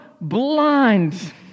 blind